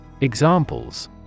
Examples